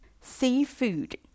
Seafood